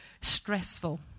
stressful